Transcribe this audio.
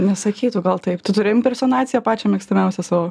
nesakytų gal taip tu turi impersonaciją pačią mėgstamiausią savo